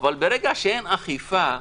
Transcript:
אבל ברגע שאין אכיפה,